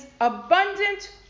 abundant